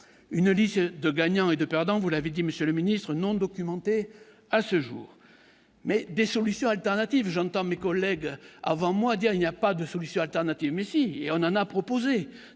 une lycéenne de gagnants et de perdants, vous l'avez dit, monsieur le ministre, non documenté à ce jour, mais des solutions alternatives, j'entends mes collègues avant moi dire il n'y a pas de solution alternative mais si, et on a proposé